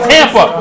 Tampa